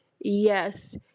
yes